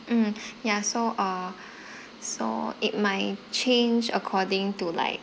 mm yeah so err so it might change according to like